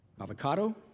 avocado